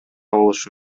болушу